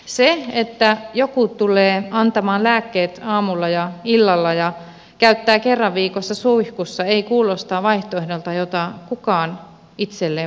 se että joku tulee antamaan lääkkeet aamulla ja illalla ja käyttää kerran viikossa suihkussa ei kuulosta vaihtoehdolta jota kukaan itselleen valitsisi